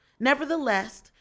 Nevertheless